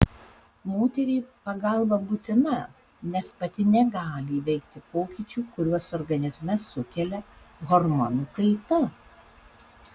moteriai pagalba būtina nes pati negali įveikti pokyčių kuriuos organizme sukelia hormonų kaita